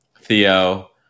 Theo